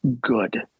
good